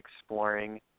exploring